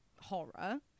horror